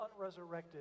unresurrected